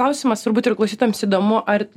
klausimas turbūt ir klausytojams įdomu ar